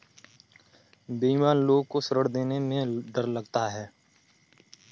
बेईमान लोग को ऋण देने में डर लगता है